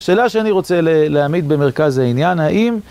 שאלה שאני רוצה להעמיד במרכז העניין, האם...